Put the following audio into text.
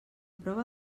prova